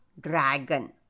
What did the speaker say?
dragon